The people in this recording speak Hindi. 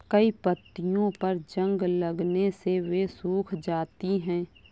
कई पत्तियों पर जंग लगने से वे सूख जाती हैं